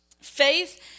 Faith